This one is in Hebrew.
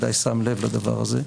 הזה,